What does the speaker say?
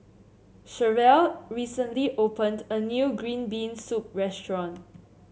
Cherelle recently opened a new Green Bean Soup restaurant